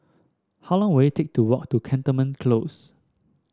how long will it take to walk to Cantonment Close